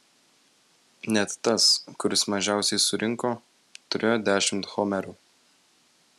net tas kuris mažiausiai surinko turėjo dešimt homerų